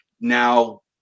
now